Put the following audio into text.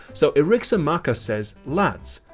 so eryximachus says, lads,